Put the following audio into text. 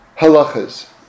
halachas